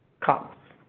cops.